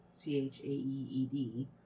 c-h-a-e-e-d